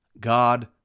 God